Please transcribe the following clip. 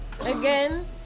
again